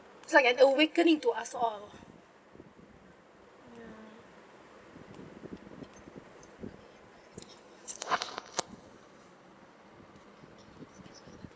it's like an awakening to us all ya